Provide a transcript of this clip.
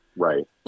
Right